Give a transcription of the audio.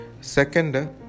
Second